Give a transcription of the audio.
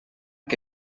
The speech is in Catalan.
que